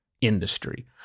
industry